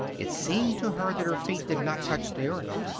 it seemed to her that her feet did not touch the earth.